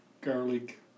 garlic